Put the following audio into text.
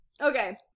Okay